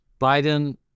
Biden